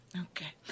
Okay